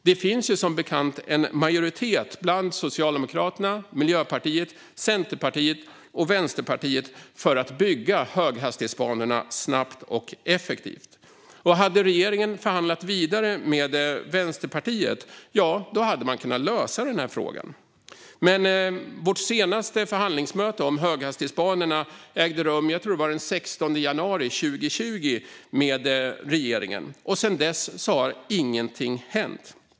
Det finns som bekant en majoritet i form av Socialdemokraterna, Miljöpartiet, Centerpartiet och Vänsterpartiet för att bygga höghastighetsbanorna snabbt och effektivt. Hade regeringen förhandlat vidare med Vänsterpartiet hade man kunnat lösa denna fråga. Men vårt senaste förhandlingsmöte med regeringen om höghastighetsbanorna ägde rum, tror jag, den 16 januari 2020. Sedan dess har ingenting hänt.